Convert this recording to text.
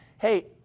hey